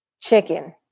Chicken